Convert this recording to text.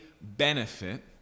benefit